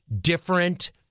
different